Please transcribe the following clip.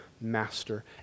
master